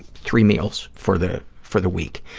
three meals, for the for the week.